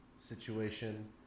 situation